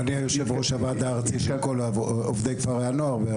אני היו"ר הועד הארצי של כל עובדי כפרי הנוער.